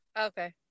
Okay